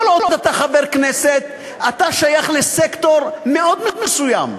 כל עוד אתה חבר כנסת אתה שייך לסקטור מאוד מסוים,